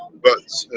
but.